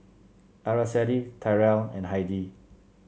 Araceli Tyrell and Heidi